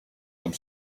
and